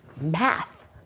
math